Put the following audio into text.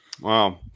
Wow